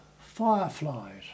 fireflies